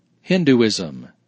Hinduism